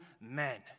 men